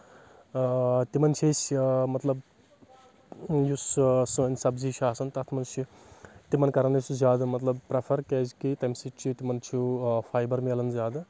اۭں تِمن چھِ أسۍ مطلب یُس سٲنۍ سبزی چھِ آسان تتھ منٛز چھِ تِمن کران أسۍ زیادٕ مطلب پریفر کیازکہِ تمہِ سۭتۍ چھِ تِمن چھُ فایبر مِلان زیادٕ